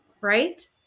Right